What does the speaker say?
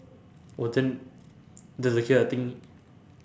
oh then that's the case I think